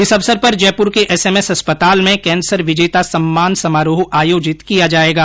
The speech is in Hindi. इस अवसर पर जयपुर के एसएमएस अस्पताल में कैंसर विजेता सम्मान समारोह आयोजित किया जायेगा